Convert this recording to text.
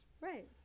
right